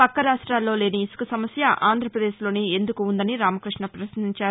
పక్క రాష్ట్రాల్లో లేని ఇసుక సమస్య ఆంధ్రప్రదేశ్లోనే ఎందుకు ఉందని రామకృష్ణ పశ్నించారు